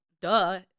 duh